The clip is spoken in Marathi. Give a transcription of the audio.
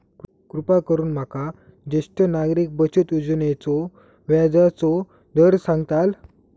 कृपा करून माका ज्येष्ठ नागरिक बचत योजनेचो व्याजचो दर सांगताल